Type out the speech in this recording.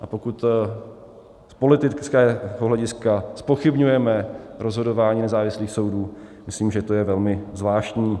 A pokud z politického hlediska zpochybňujeme rozhodování nezávislých soudů, myslím, že to je velmi zvláštní.